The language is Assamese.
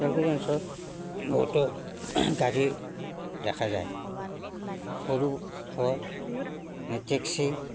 ওদালগুৰি অঞ্চৰত বহুতো গাড়ী দেখা যায় সৰু হয় এই টেক্সি